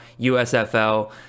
USFL